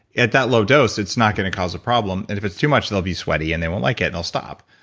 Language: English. at that low dose, it's not going to cause a problem, and if it's too much, they'll be sweaty, and they won't like it, and they'll stop.